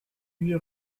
huit